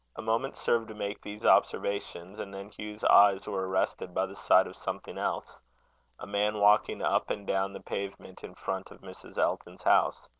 a moment served to make these observations and then hugh's eyes were arrested by the sight of something else a man walking up and down the pavement in front of mrs. elton's house.